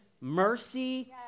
mercy